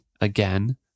again